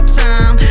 time